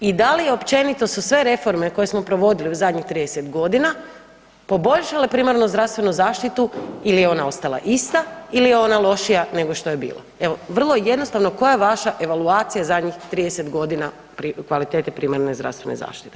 I da li općenito su sve reforme koje smo provodili u zadnjih 30.g. poboljšale primarnu zdravstvenu zaštitu ili je ona ostala ista ili je ona lošija nego što je bila, evo vrlo jednostavno koja je vaša evaluacija zadnjih 30.g. pri kvaliteti primarne zdravstvene zaštite?